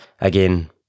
again